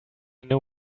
know